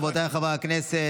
רבותיי חברי הכנסת,